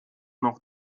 noch